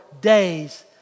days